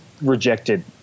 rejected